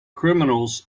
criminals